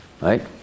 right